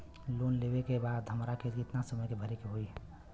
Loan लेवे के बाद हमरा के कितना समय मे भरे के होई?